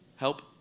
Help